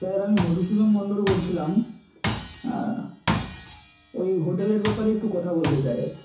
sir আমি মধুসূদন মন্ডল বলছিলাম ওই হোটেলের ব্যাপারে একটু কথা বলতে চাই আর কি